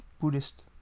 Buddhist